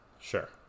Sure